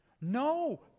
No